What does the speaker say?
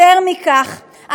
יותר מכך,